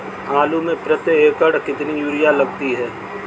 आलू में प्रति एकण कितनी यूरिया लगती है?